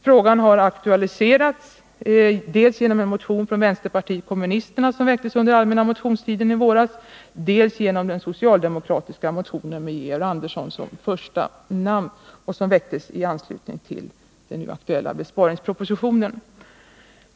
Frågan har aktualiserats dels genom en motion från vänsterpartiet kommunisterna som väcktes under allmänna motionstiden i våras, dels genom den socialdemokratiska motionen, med Georg Andersson som första namn, som väcktes med anledning av besparingspropositionen.